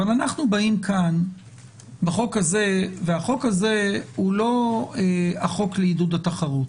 אבל החוק הזה הוא לא החוק לעידוד התחרות.